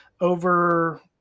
over